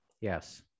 Yes